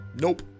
Nope